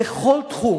בכל תחום.